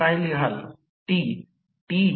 0 Ω X2 आहे X2 0